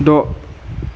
द'